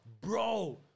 bro